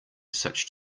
such